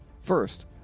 First